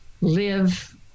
live